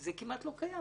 זה כמעט לא קיים.